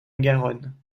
garonne